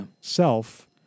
self